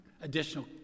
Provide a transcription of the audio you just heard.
additional